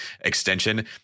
extension